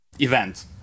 event